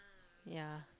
yea